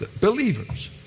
believers